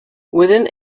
within